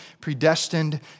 predestined